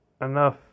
enough